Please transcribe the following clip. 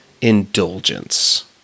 indulgence